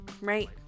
Right